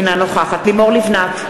אינה נוכחת לימור לבנת,